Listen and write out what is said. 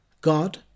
God